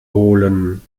holen